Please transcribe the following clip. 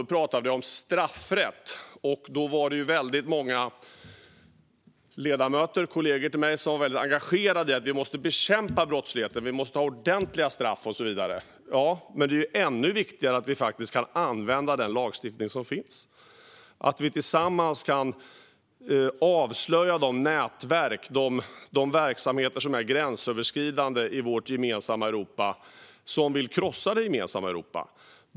Då talade vi om straffrätt, och då var det väldigt många ledamöter, kollegor till mig, som var engagerade och sa att vi måste bekämpa brottsligheten och ha ordentliga straff och så vidare. Ja, men det är ännu viktigare att vi faktiskt kan använda den lagstiftning som finns och att vi tillsammans kan avslöja de nätverk och verksamheter som är gränsöverskridande och som vill krossa vårt gemensamma Europa.